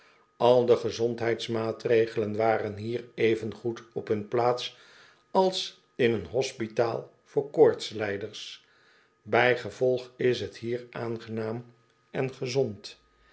al de gezondsheidsmaatregelen waren hier oven goed op hun plaats als in een hospitaal voor koortslijders bijgevolg is t hier aangenaam en gezond